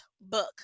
book